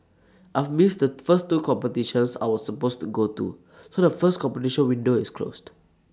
I've missed the first two competitions I was supposed to go to so the first competition window is closed